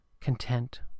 Content